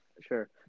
sure